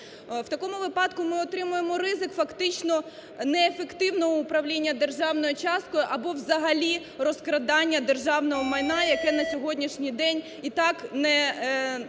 в такому випадку ми отримуємо ризик фактично неефективного управління державною часткою або взагалі розкрадання державного майна, яке на сьогоднішній день і так не занадто